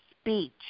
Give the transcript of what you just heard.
speech